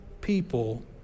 people